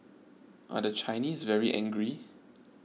are the Chinese very angry